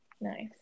Nice